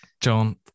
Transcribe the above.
John